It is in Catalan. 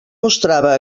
mostrava